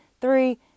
Three